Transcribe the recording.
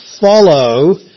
follow